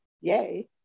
yay